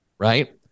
right